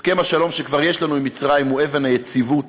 הסכם השלום שכבר יש לנו עם מצרים הוא אבן היציבות